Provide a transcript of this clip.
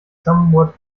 somewhat